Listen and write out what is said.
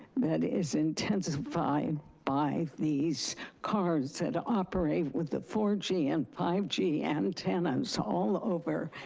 that is intensified by these cars that operate with the four g and five g antennas, all over,